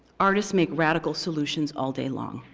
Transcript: artists make radical solutions all day long,